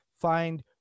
Find